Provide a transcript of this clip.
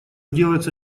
делается